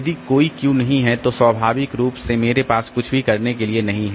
यदि कोई क्यू नहीं है तो स्वाभाविक रूप से मेरे पास कुछ भी करने के लिए नहीं है